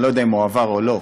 אני לא יודע אם הוא עבר או לא,